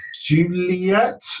Juliet